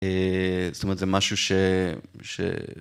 זאת אומרת זה משהו ש...